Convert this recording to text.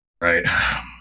Right